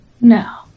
No